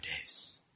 days